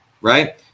right